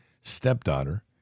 stepdaughter